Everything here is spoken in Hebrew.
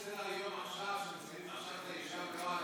מדוע שינו את סדר-היום, ומסיימים עכשיו את הישיבה?